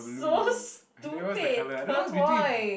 so stupid turquoise